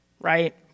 right